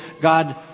God